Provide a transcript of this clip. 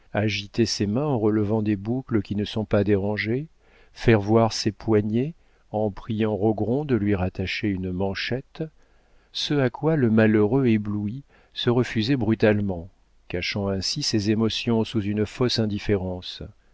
agiter ses mains en relevant des boucles qui ne se sont pas dérangées faire voir ses poignets en priant rogron de lui rattacher une manchette ce à quoi le malheureux ébloui se refusait brutalement cachant ainsi ses émotions sous une fausse indifférence